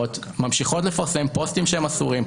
מפלגות ממשיכות לפרסם פוסטים אסורים,